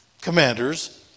commanders